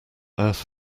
earth